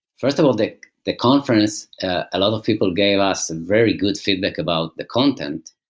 first of all, the the conference, a lot of people gave us and very good feedback about the content.